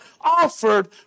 offered